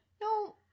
No